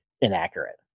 inaccurate